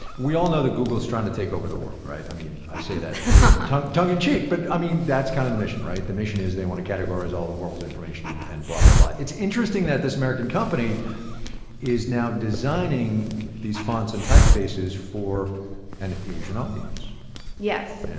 we all know that google is trying to take over the world, right? i mean, i say that but tongue-in-cheek. but, i mean, that's kind of the mission right? the mission is, they want to categorize all the world's information and and blah, blah, blah. it's interesting that this american company is now designing these fonts and typefaces for an asian audience yes. yeah